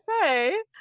say